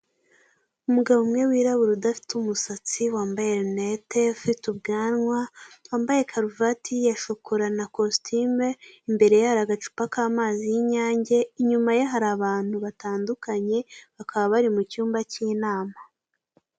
Umugabo umwe wirabura udafite umusatsi, wambaye rinete, ufite ubwanwa, wambaye karuvati ya shokora na kositime, imbere ye hari agacupa k'amazi y'Inyange, inyuma ye hari abantu batandukanye bakaba bari mu cyumba cy'inama.